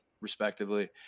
respectively